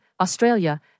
Australia